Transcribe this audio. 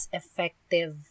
effective